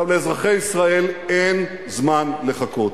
לאזרחי ישראל אין זמן לחכות,